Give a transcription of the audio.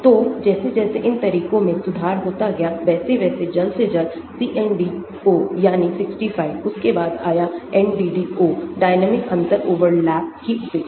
तो जैसे जैसे इन तरीकों में सुधार होता गया वैसे वैसे जल्द से जल्द CNDO यानी 65 उसके बाद आया NDDO डायटोमिक अंतर ओवरलैप की उपेक्षा